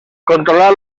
controlar